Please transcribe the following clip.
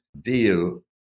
deal